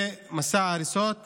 ומסע ההריסות נמשך.